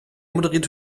moderiert